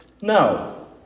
No